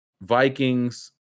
Vikings